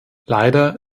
leider